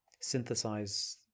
synthesize